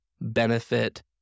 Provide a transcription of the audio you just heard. benefit